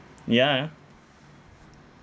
yeah